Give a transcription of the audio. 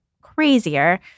crazier